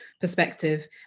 perspective